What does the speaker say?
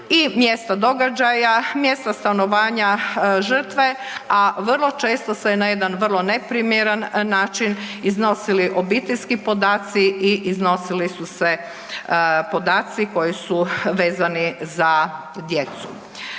i mjesto događaja, mjesto stanovanja žrtve, a vrlo često se na jedan vrlo neprimjeran način iznosili obiteljski podaci i iznosili su se podaci koji su vezani za djecu.